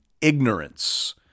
Ignorance